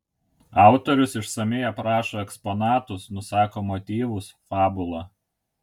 autorius išsamiai aprašo eksponatus nusako motyvus fabulą